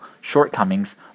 shortcomings